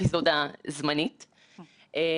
הבנקים נתנו לטייקונים הלוואות שלא צריך להחזיר,